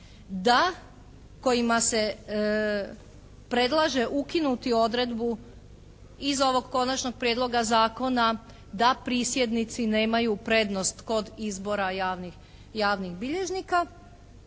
da kojima se predlaže ukinuti odredbu iz ovog konačnog prijedloga zakona da prisjednici nemaju prednost kod izbora javnih bilježnika